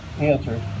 answer